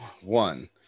one